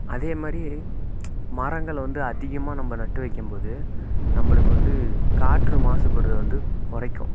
அதேமாதிரி மரங்கள் வந்து அதிகமாக நம்ப நட்டு வைக்கும்போது நம்பளுக்கு வந்து காற்று மாசுபடுது வந்து குறைக்கும்